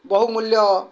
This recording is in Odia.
ବହୁମୂଲ୍ୟ